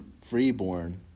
freeborn